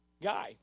Guy